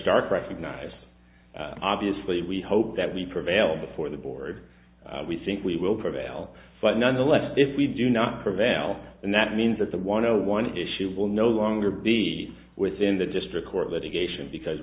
stark recognize obviously we hope that we prevail before the board we think we will prevail but nonetheless if we do not prevail and that means that the one hundred one issue will no longer be within the district court education because